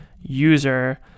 user